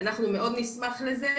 אנחנו מאוד נשמח לזה.